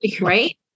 right